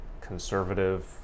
conservative